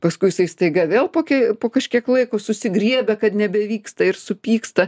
paskui jisai staiga vėl po po kažkiek laiko susigriebia kad nebevyksta ir supyksta